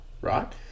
right